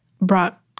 brought